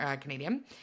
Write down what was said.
Canadian